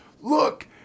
Look